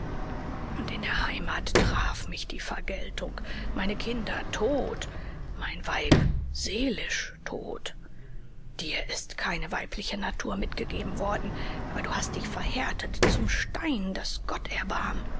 und in der heimat traf mich die vergeltung meine kinder tot mein weib seelisch tot dir ist keine weibliche natur mitgegeben worden aber du hast dich verhärtet zum stein daß gott erbarm